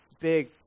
big